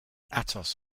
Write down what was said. atos